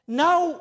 now